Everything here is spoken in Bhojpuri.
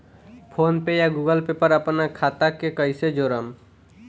फोनपे या गूगलपे पर अपना खाता के कईसे जोड़म?